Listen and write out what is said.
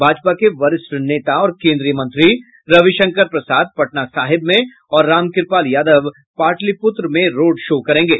भाजपा के वरिष्ठ नेता और केन्द्रीय मंत्री रविशंकर प्रसाद पटना साहिब में और रामकृपाल यादव पाटलिपुत्र में रोड शो करेंगे